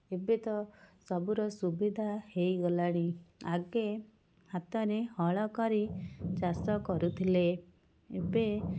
ଏବେ ତ ସବୁର ସୁବିଧା ହେଇଗଲାଣି ଆଗେ ହାତରେ ହଳ କରି ଚାଷ କରୁଥିଲେ ଏବେ